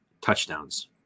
touchdowns